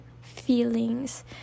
feelings